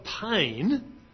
pain